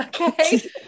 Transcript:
okay